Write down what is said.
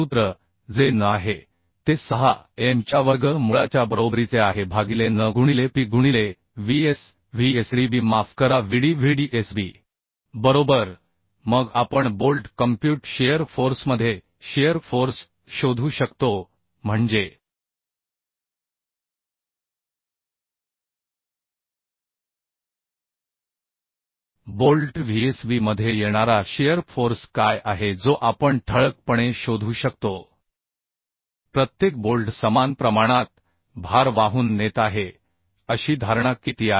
सूत्र जे n आहे ते 6M च्यावर्ग मुळाच्या बरोबरीचे आहे भागिले n गुणिले p गुणिले Vs Vsdb माफ करा Vd Vdsb बरोबर मग आपण बोल्ट कॉम्प्युट शिअर फोर्समध्ये शिअर फोर्स शोधू शकतो म्हणजे बोल्ट Vsb मध्ये येणारा शिअर फोर्स काय आहे जो आपण ठळकपणे शोधू शकतो प्रत्येक बोल्ट समान प्रमाणात भार वाहून नेत आहे अशी धारणा किती आहे